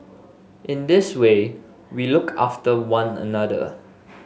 in this way we look after one another